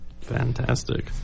fantastic